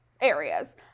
areas